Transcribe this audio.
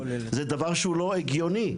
זה דבר שהוא לא הגיוני,